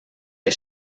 est